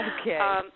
Okay